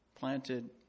planted